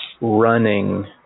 running